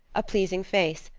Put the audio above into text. a pleasing face,